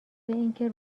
اینکه